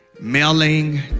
mailing